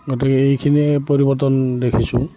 গতিকে এইখিনি পৰিৱৰ্তন দেখিছোঁ